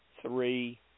three